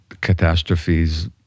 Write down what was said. catastrophes